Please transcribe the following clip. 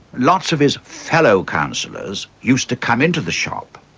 lots of his fellow councillors used to come into the shop,